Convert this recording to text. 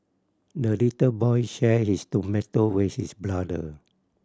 the little boy shared his tomato with his brother